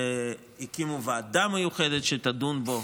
והקימו ועדה מיוחדת שתדון בו,